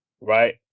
Right